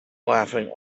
laughing